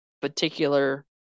particular